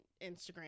Instagram